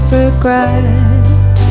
regret